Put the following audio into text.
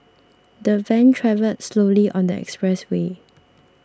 the van travelled slowly on the expressway